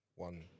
One